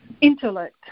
intellect